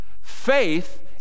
Faith